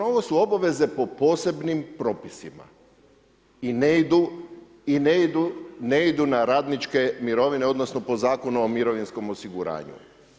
Ovo su obaveze po posebnim propisima i ne idu na radničke mirovine, odnosno po Zakonu o mirovinskom osiguranju.